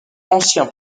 ancien